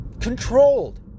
controlled